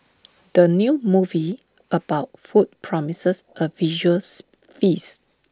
the new movie about food promises A visuals feast